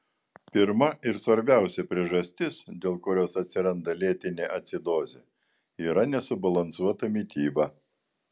pirma ir svarbiausia priežastis dėl kurios atsiranda lėtinė acidozė yra nesubalansuota mityba